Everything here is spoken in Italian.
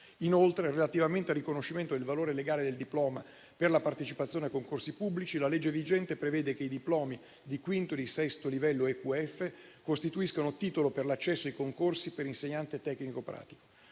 Inoltre, relativamente al riconoscimento del valore legale del diploma per la partecipazione ai concorsi pubblici, la legge vigente prevede che i diplomi di quinto e sesto livello EQF costituiscano un titolo per l'accesso ai concorsi per insegnante tecnico-pratico.